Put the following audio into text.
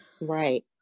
Right